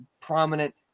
prominent